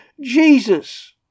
Jesus